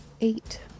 eight